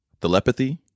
telepathy